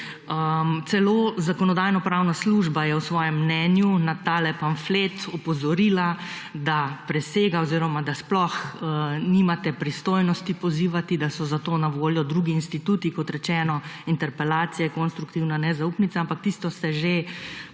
Celo Zakonodajno-pravna služba je v svojem mnenju na tale pamflet opozorila, da presega oziroma da sploh nimate pristojnosti pozivati, da so za to na voljo drugi instituti, kot rečeno, interpelacija, konstruktivna nezaupnica, ampak tisto ste že